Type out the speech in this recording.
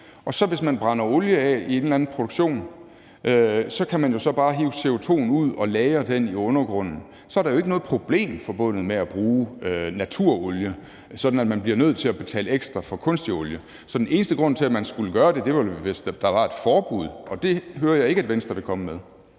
Og hvis man så brænder olie af i en eller anden produktion, kan man jo bare hive CO2'en ud og lagre den i undergrunden. Så er der jo ikke noget problem forbundet med at bruge naturolie, sådan at man skulle blive nødt til at betale ekstra for kunstig olie. Så den eneste grund til, at man skulle gøre det, var jo, at hvis der var et forbud, og det hører jeg ikke at Venstre vil komme med.